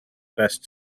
best